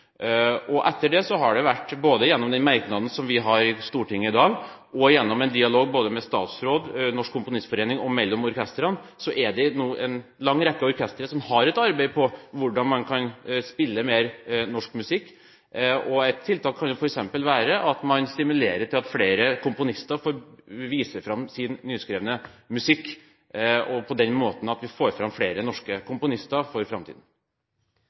Etter det er det, som en følge av både den merknaden som vi har i Stortinget i dag, og en dialog med statsråd, og Norsk Komponistforening og mellom orkestrene, nå en lang rekke orkestre som har et arbeid i gang med tanke på hvordan man kan spille mer norsk musikk. Et tiltak kan f.eks. være at man stimulerer til at flere komponister får vist fram sin nyskrevne musikk, og at vi på den måten får fram flere norske komponister for framtiden.